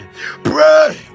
pray